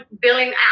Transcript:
billing